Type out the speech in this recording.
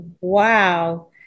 wow